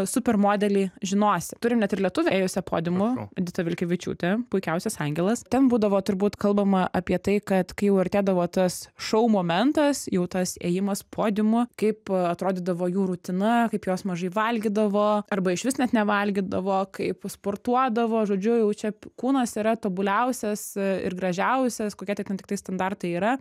supermodelį žinosi turim net ir lietuvę ėjusią podiumu edita vilkevičiūtė puikiausias angelas ten būdavo turbūt kalbama apie tai kad kai jau artėdavo tas šou momentas jau tas ėjimas podiumu kaip atrodydavo jų rutina kaip jos mažai valgydavo arba išvis net nevalgydavo kaip sportuodavo žodžiu jau čia kūnas yra tobuliausias ir gražiausias kokia ten tiktai standartai yra